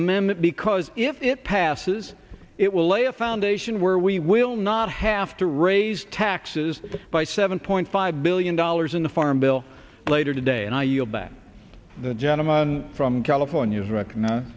amendment because if it passes it will lay a foundation where we will not have to raise taxes by seven point five billion dollars in the farm bill later today and i yield back the gentleman from california is recognize